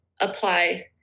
apply